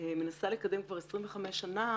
מנסה לקדם כבר 25 שנה,